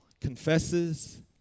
confesses